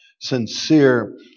sincere